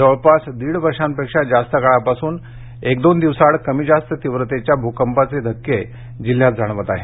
जवळपास दीड वर्षांपेक्षा जास्त काळापासून एक दोन दिवसा आड कमी जास्त तीव्रतेच्या भूंकपाचे धक्के जिल्ह्यात जाणवत आहेत